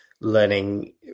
learning